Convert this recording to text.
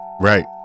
Right